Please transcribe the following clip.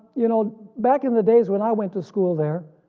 you know back in the days when i went to school there,